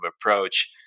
approach